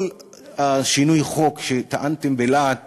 כל שינוי החוק, שטענתם בלהט